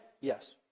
yes